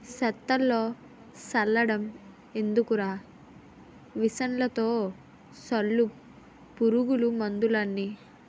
సేత్తో సల్లడం ఎందుకురా మిసన్లతో సల్లు పురుగు మందులన్నీ